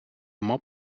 mob